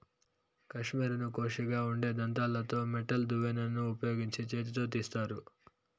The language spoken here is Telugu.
కష్మెరెను కోషిగా ఉండే దంతాలతో మెటల్ దువ్వెనను ఉపయోగించి చేతితో తీస్తారు